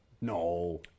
No